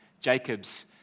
Jacob's